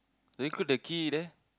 recruit the key there